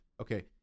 Okay